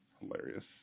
Hilarious